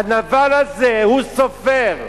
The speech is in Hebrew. הנבל הזה הוא סופר,